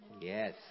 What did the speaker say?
Yes